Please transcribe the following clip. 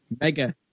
Mega